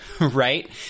right